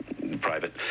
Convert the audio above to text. Private